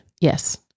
Yes